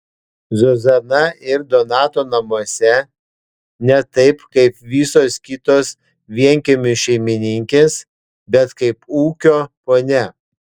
zuzana ir donato namuose ne taip kaip visos kitos vienkiemių šeimininkės bet kaip ūkio ponia